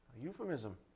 Euphemism